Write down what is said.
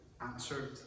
answered